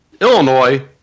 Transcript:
Illinois